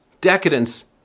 Decadence